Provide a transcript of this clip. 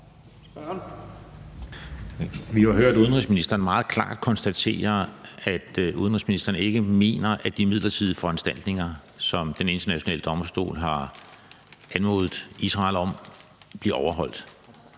Vi har jo hørt udenrigsministeren meget klart konstatere, at udenrigsministeren ikke mener, at de midlertidige foranstaltninger, som Den Internationale Domstol har anmodet Israel om, bliver overholdt.